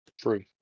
True